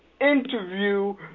interview